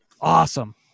Awesome